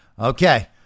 Okay